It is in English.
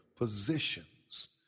positions